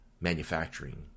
manufacturing